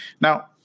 Now